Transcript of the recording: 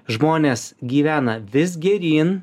žmonės gyvena vis geryn